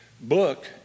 Book